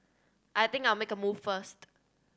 I think I'll make a move first